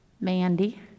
Mandy